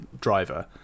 driver